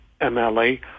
MLA